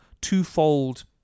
twofold